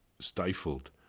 stifled